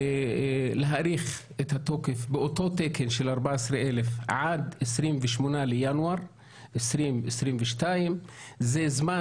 להאריך את התוקף באותו תקן של 14,000 עד 28 בינואר 2022. זה זמן